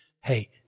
Hey